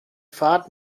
fahrt